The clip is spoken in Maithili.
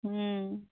हुँ